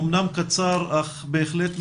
אמנם קצר אך בהחלט מזעזע.